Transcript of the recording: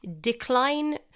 decline